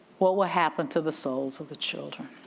what will happen to the souls of the children?